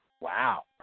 Wow